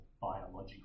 biological